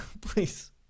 Please